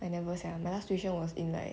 I never sia my last tuition was in like